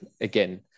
again